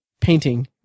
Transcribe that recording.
painting